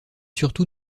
surtout